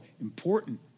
important